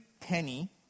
penny